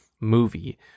movie